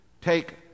take